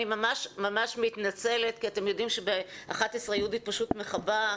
אני ממש ממש מתנצלת כי אתם יודעים שב-11:00 יהודית פשוט מכבה.